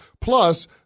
Plus